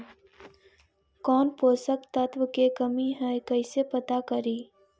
कौन पोषक तत्ब के कमी है कैसे पता करि?